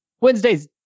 Wednesday's